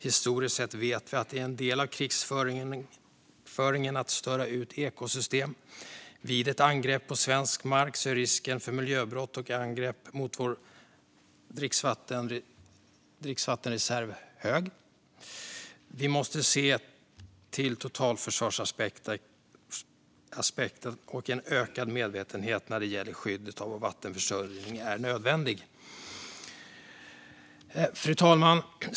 Historiskt sett vet vi att det är en del av krigföringen att störa ut ekosystem. Vid ett angrepp på svensk mark är risken för miljöbrott och angrepp mot vår dricksvattenreserv hög. Vi måste se till totalförsvarsaspekten, och ökad medvetenhet när det gäller skyddet av vår vattenförsörjning är nödvändig. Fru talman!